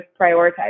prioritize